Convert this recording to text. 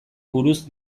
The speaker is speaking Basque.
buruz